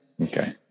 Okay